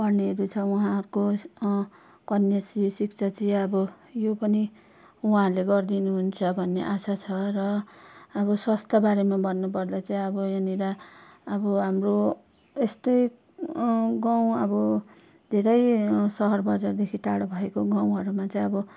पढ्नेहरू छ उहाँको कन्याश्री शिक्षाश्री अब यो पनि उहाँहरूले गरिदिनुहुन्छ भन्ने आशा छ र अब स्वास्थ्यबारेमा भन्नुपर्दा चाहिँ अब यहाँनिर अब हाम्रो यस्तै गाउँ अब धेरै सहर बजारदेखि टाढो भएको गाउँहरूमा चाहिँ अब